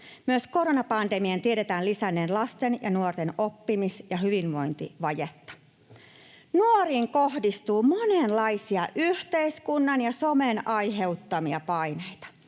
Myös koronapandemian tiedetään lisänneen lasten ja nuorten oppimis- ja hyvinvointivajetta. Nuoriin kohdistuu monenlaisia yhteiskunnan ja somen aiheuttamia paineita.